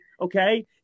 okay